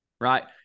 right